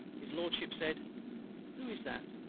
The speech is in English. his lordship said who is that?